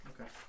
okay